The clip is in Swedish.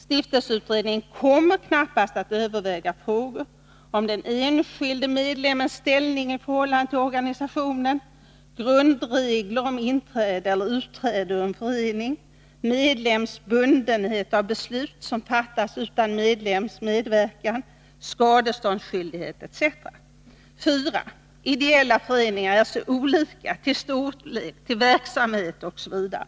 Stiftelseutredningen kommer knappast att överväga frågor om den enskilde medlemmens ställning i förhållande till organisationen, grundregler om inträde eller utträde ur en förening, medlems bundenhet av beslut som fattas utan medlemmens medverkan, skadeståndsskyldighet etc. 4. Ideella föreningar är så olika — till storlek, till verksamhet osv.